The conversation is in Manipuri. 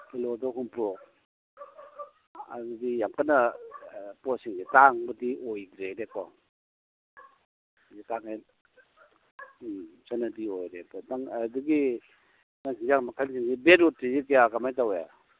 ꯀꯤꯂꯣꯗ ꯍꯨꯝꯐꯨ ꯑꯗꯨꯗꯤ ꯌꯥꯝ ꯀꯟꯅ ꯄꯣꯠꯁꯤꯡꯁꯤ ꯇꯥꯡꯕꯗꯤ ꯑꯣꯏꯗ꯭ꯔꯦꯅꯦꯀꯣ ꯎꯝ ꯆꯠꯅꯕꯤ ꯑꯣꯏꯔꯦꯕ ꯑꯗꯒꯤ ꯌꯦꯟꯁꯥꯡ ꯃꯈꯜꯁꯤꯡꯁꯤ ꯕꯤꯠꯔꯨꯠꯁꯤꯗꯤ ꯀꯌꯥ ꯀꯃꯥꯏ ꯇꯧꯏ